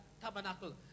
tabernacle